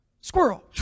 Squirrel